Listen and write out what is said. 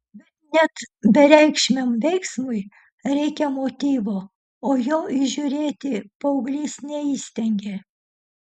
bet net bereikšmiam veiksmui reikia motyvo o jo įžiūrėti paauglys neįstengė